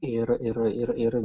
ir ir ir ir